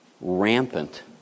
Rampant